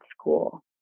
school